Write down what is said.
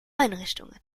einrichtungen